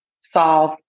solve